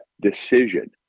decision